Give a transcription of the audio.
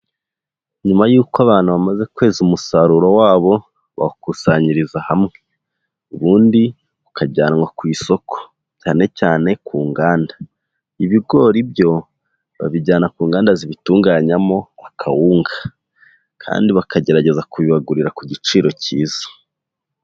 Nyuma y'uko abantu bamaze kweza umusaruro wabo, bawukusanyiriza hamwe, ubundi ukajyanwa ku isoko, cyane cyane ku nganda, ibigori byo babijyana ku nganda zibitunganyamo akawunga, kandi bakagerageza kubibagurira ku giciro cyiza.